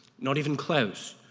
not even close.